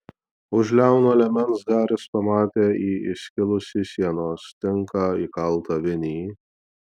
už liauno liemens haris pamatė į įskilusį sienos tinką įkaltą vinį